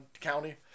county